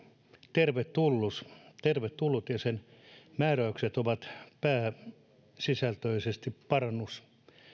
tervetullut tervetullut ja sen määräykset ovat pääsisältöisesti parannus